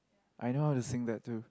I know how to sing that too